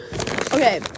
Okay